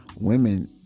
women